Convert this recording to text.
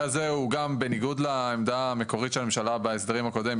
הזה הוא גם בניגוד לעמדה המקורית של הממשלה בהסדר הקודם,